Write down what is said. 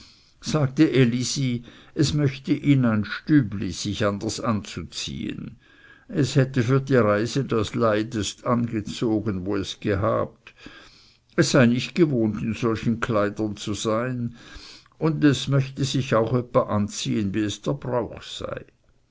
sagte elisi es möchte in ein stübli sich anders anzuziehen es hätte für die reise das leydest angezogen wo es gehabt es sei nicht gewohnt in solchen kleidern zu sein und möchte sich auch öppe anziehen wie es der brauch sei